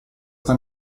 sta